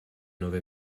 nove